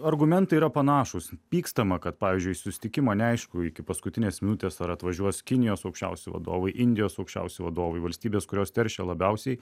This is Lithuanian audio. argumentai yra panašūs pykstama kad pavyzdžiui į susitikimą neaišku iki paskutinės minutės ar atvažiuos kinijos aukščiausi vadovai indijos aukščiausi vadovai valstybės kurios teršia labiausiai